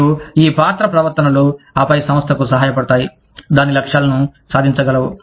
మరియు ఈ పాత్ర ప్రవర్తనలు ఆపై సంస్థకు సహాయపడతాయి దాని లక్ష్యాలను సాధించగలవు